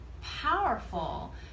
powerful